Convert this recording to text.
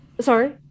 sorry